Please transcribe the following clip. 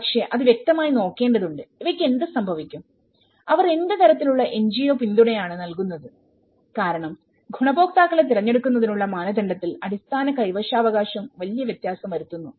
പക്ഷേ അത് വ്യക്തമായി നോക്കേണ്ടതുണ്ട് ഇവയ്ക്ക് എന്ത് സംഭവിക്കും അവർ എന്ത് തരത്തിലുള്ള എൻജിഒ പിന്തുണയാണ് നൽകുന്നത് കാരണം ഗുണഭോക്താക്കളെ തിരഞ്ഞെടുക്കുന്നതിനുള്ള മാനദണ്ഡത്തിൽ അടിസ്ഥാന കൈവശാവകാശം വലിയ വ്യത്യാസം വരുത്തുന്നു